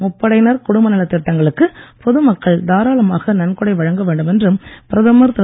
முப்படையினர் குடும்ப நலத் திட்டங்களுக்கு பொதுமக்கள் தாரளமாக நன்கொடை வழங்க வேண்டும் என்று பிரதமர் திரு